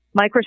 Microsoft